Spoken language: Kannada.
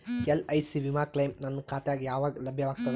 ಎಲ್.ಐ.ಸಿ ವಿಮಾ ಕ್ಲೈಮ್ ನನ್ನ ಖಾತಾಗ ಯಾವಾಗ ಲಭ್ಯವಾಗತದ?